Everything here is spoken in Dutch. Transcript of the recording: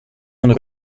een